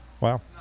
wow